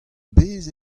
bezh